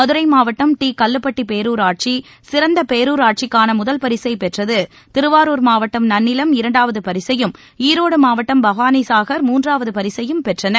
மதுரை மாவட்டம் டி கல்லுப்பட்டி பேரூராட்சி சிறந்த பேரூராட்சிக்கான முதல் பரிசை பெற்றது திருவாரூர் மாவட்டம் நன்னிலம் இரண்டாவது பரிசையும் ஈரோடு மாவட்டம் பவானிசாகர் மூன்றாவது பரிசையும் பெற்றன